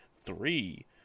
three